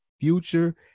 future